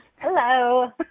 Hello